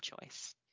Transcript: choice